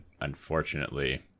Unfortunately